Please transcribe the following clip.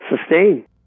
sustain